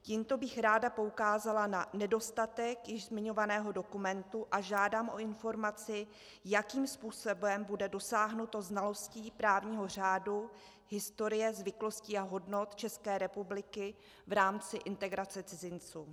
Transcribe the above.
Tímto bych ráda poukázala na nedostatek již zmiňovaného dokumentu a žádám o informaci, jakým způsobem bude dosaženo znalostí právního řádu, historie, zvyklostí a hodnot České republiky v rámci integrace cizinců.